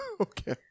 Okay